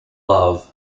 love